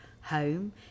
home